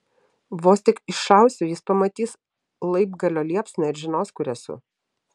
vos tik iššausiu jis pamatys laibgalio liepsną ir žinos kur esu